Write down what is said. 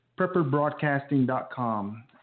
PrepperBroadcasting.com